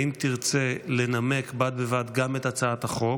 האם תרצה לנמק בד בבד גם את הצעת החוק?